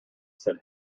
said